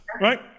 right